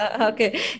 Okay